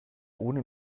ohne